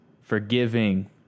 forgiving